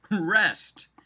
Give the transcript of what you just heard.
rest